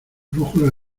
brújula